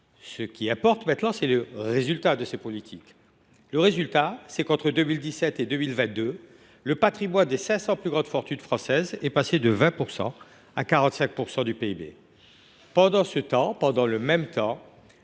Ce qui importe maintenant, c’est le résultat de ces politiques. Le résultat, c’est qu’entre 2017 et 2022 le patrimoine des 500 plus grandes fortunes françaises est passé de 20 % à 45 % du PIB. Dans le même temps,